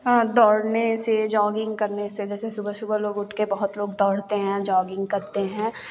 हाँ दौड़ने से जॉगिंग करने से जैसे सुबह सुबह लोग उठके बहुत लोग दौड़ते हैं जॉगिंग करते हैं